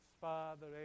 Father